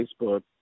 Facebook